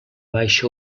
baixa